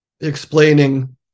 explaining